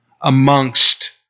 amongst